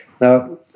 Now